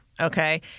okay